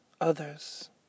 others